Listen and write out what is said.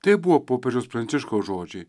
tai buvo popiežiaus pranciškaus žodžiai